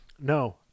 no